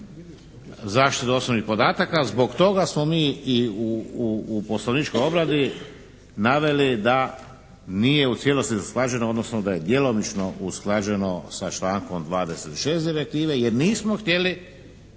zaštitu osobnih podataka zbog toga smo mi i u poslovničkoj obradi naveli da nije u cijelosti usklađeno odnosno da je djelomično usklađeno sa člankom 26. direktive, jer nismo htjeli